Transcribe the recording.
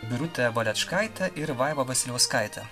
birutė valečkaitė ir vaiva vasiliauskaitė